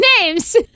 names